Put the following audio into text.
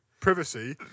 privacy